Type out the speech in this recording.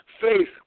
Faith